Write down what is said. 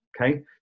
Okay